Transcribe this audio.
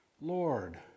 Lord